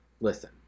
listen